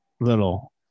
little